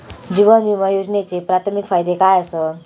जीवन विमा योजनेचे प्राथमिक फायदे काय आसत?